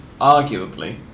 arguably